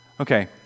Okay